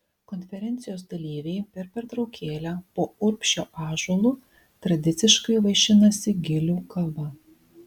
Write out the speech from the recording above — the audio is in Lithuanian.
konferencijos dalyviai per pertraukėlę po urbšio ąžuolu tradiciškai vaišinasi gilių kava